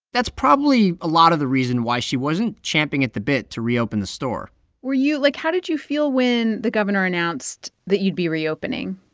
that's probably a lot of the reason why she wasn't champing at the bit to reopen the store were you like, how did you feel when the governor announced that you'd be reopening?